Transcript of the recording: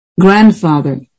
grandfather